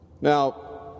Now